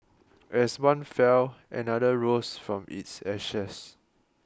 as one fell another rose from its ashes